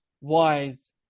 wise